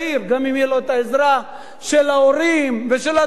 גם אם תהיה לו העזרה של ההורים ושל הדודים,